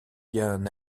bien